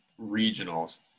regionals